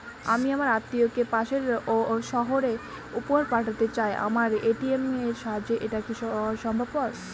আমি আমার আত্মিয়কে পাশের সহরে উপহার পাঠাতে চাই আমার এ.টি.এম এর সাহায্যে এটাকি সম্ভবপর?